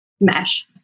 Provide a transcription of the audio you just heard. mesh